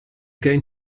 going